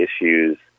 issues